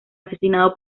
asesinado